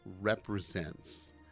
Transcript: represents